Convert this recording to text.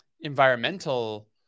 environmental